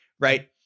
right